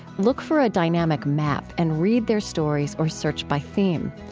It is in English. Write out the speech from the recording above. look for a dynamic map and read their stories, or search by theme.